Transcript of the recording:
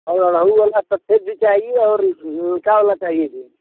और अड़हल वाला सफ़ेद भी चाहिए और ललका वाला चाहिए भी